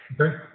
Okay